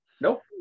Nope